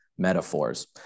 metaphors